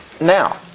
Now